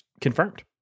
confirmed